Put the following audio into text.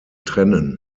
trennen